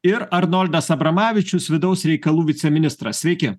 ir arnoldas abramavičius vidaus reikalų viceministras sveiki